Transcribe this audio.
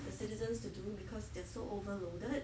the citizens to do because they are so overloaded